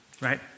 right